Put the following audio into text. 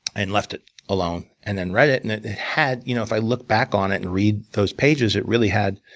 and left it alone. and then read it, and it it had you know if i look back on it, and read those pages, it really had